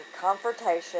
confrontation